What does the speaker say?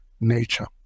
nature